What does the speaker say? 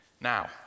Now